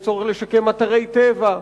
יש צורך לשקם אתרי טבע,